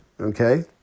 okay